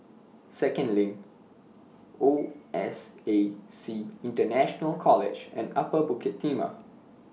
Second LINK O S A C International College and Upper Bukit Timah